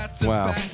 Wow